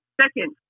second